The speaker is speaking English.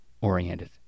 oriented